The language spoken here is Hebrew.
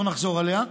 לא נחזור עליה,